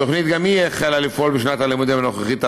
התוכנית גם היא החלה לפעול בשנת הלימודים הנוכחית,